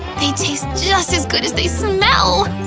they taste just as good as they smell!